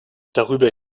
darüber